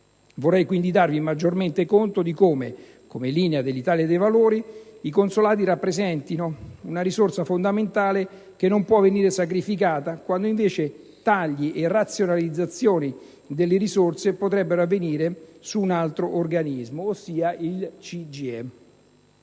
Vorrei quindi darvi maggiormente conto di come, come linea dell'Italia dei Valori, i consolati rappresentino una risorsa fondamentale che non può venire sacrificata, quando invece tagli e razionalizzazioni delle risorse potrebbero avvenire su un altro organismo, ossia il CGIE.